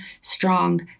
strong